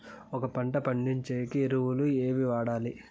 ఒక పంట పండించేకి ఎరువులు ఏవి వాడాలి?